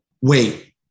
wait